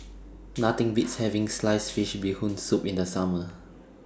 Nothing Beats having Sliced Fish Bee Hoon Soup in The Summer